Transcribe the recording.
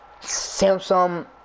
Samsung